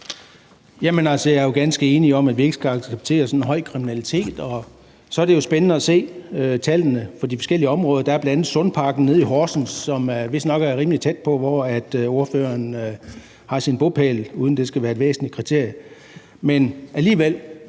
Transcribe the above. Jeg er jo ganske enig i, at vi ikke skal acceptere sådan en høj kriminalitet, og så er det spændende at se tallene for de forskellige områder. Der er bl.a. Sundparken i Horsens, som vistnok er rimelig tæt på ordførerens bopæl, uden at det skal være et væsentligt kriterie – men alligevel.